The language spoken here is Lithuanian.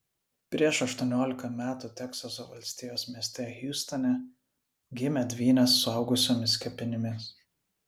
prieš aštuoniolika metų teksaso valstijos mieste hjustone gimė dvynės suaugusiomis kepenimis